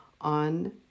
on